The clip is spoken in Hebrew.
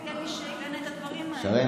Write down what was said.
שרן,